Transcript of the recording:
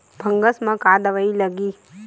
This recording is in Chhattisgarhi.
फंगस म का दवाई लगी?